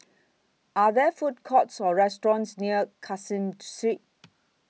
Are There Food Courts Or restaurants near Caseen Street